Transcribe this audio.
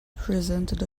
presented